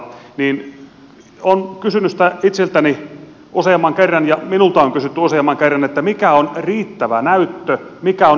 olen kysynyt sitä itseltäni useamman kerran ja minulta on kysytty useamman kerran mikä on riittävä näyttö mikä on riittämätön näyttö